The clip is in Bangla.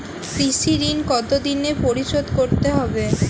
কৃষি ঋণ কতোদিনে পরিশোধ করতে হবে?